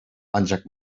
ancak